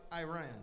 Iran